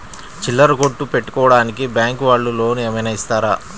చిల్లర కొట్టు పెట్టుకోడానికి బ్యాంకు వాళ్ళు లోన్ ఏమైనా ఇస్తారా?